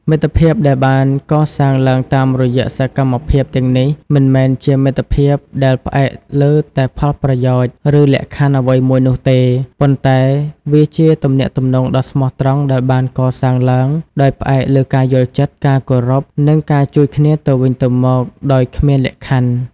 មិត្តភាពដែលបានកសាងឡើងតាមរយៈសកម្មភាពទាំងនេះមិនមែនជាមិត្តភាពដែលផ្អែកលើតែផលប្រយោជន៍ ឬលក្ខខណ្ឌអ្វីមួយនោះទេ ប៉ុន្តែវាជាទំនាក់ទំនងដ៏ស្មោះត្រង់ដែលបានកសាងឡើងដោយផ្អែកលើការយល់ចិត្ត ការគោរព និងការជួយគ្នាទៅវិញទៅមកដោយគ្មានលក្ខខណ្ឌ។